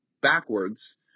backwards